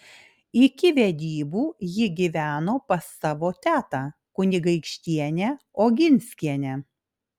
iki vedybų ji gyveno pas savo tetą kunigaikštienę oginskienę